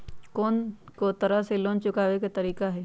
कोन को तरह से लोन चुकावे के तरीका हई?